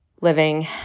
living